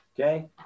okay